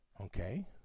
Okay